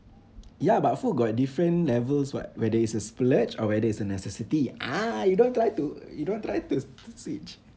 ya but food got different levels [what] whether it's a splurge or whether it's a necessity ah you don't try to you don't try to switch